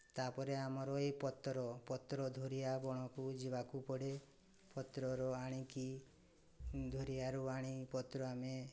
ତା'ପରେ ଆମର ଏହି ପତ୍ର ପତ୍ର ଦୂରିଆ ବଣକୁ ଯିବାକୁ ପଡ଼େ ପତ୍ରରୁ ଆଣିକି ଦୂରିଆରୁ ଆଣି ପତ୍ର ଆମେ